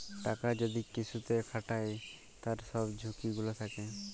টাকা যদি কিসুতে খাটায় তার সব ঝুকি গুলা থাক্যে